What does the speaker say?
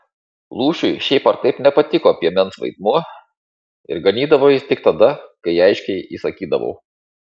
lūšiui šiaip ar taip nepatiko piemens vaidmuo ir ganydavo jis tik tada kai aiškiai įsakydavau